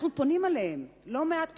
אנחנו פונים אליהם לא מעט פעמים,